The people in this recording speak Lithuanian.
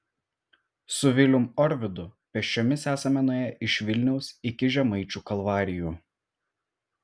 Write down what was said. su vilium orvidu pėsčiomis esame nuėję iš vilniaus iki žemaičių kalvarijų